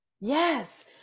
Yes